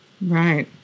Right